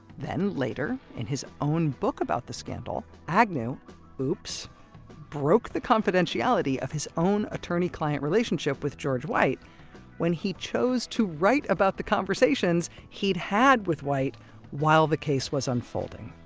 then, later, in his own book about the scandal, agnew oops broke the confidentiality of his own attorney-client relationship with george white when he chose to write about the conversations he'd had with white while the case was unfolding.